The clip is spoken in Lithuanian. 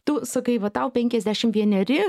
tu sakai va tau penkiasdešim vieneri